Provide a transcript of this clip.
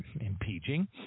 impeaching